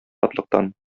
шатлыктан